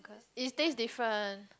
it tastes different